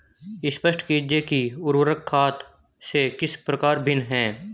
स्पष्ट कीजिए कि उर्वरक खाद से किस प्रकार भिन्न है?